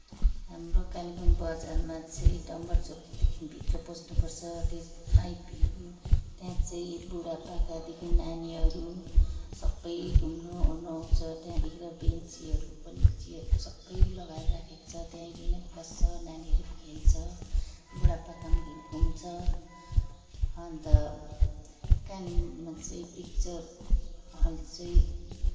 हाम्रो कालेम्पोङ बजारमा चाहिँ डम्बर चोकदेखि भित्र पस्नुपर्छ त्यस आइपी हो त्यहाँ चाहिँ बुढा पाकादेखि नानीहरू सबै घुम्नु ओर्नु आउँछ त्यहाँदेखि बेन्चीहरू पनि चेय सबै लगाएर राखेको छ त्यहीनिर बस्छ नानीहरू पनि खेल्छ बुढा पाका पनि घुम्छ अन्त कालिम्पोङमा चाहिँ पिक्चर चाहिँ